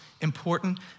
important